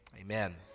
amen